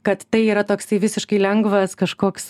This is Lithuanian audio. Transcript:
kad tai yra toksai visiškai lengvas kažkoks